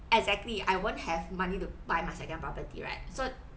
exactly I won't have money to buy my second property right so